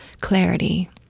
clarity